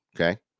okay